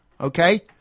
Okay